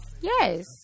Yes